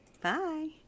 Bye